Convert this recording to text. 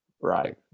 Right